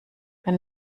wenn